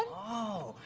oh,